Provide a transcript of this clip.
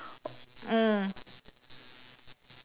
mm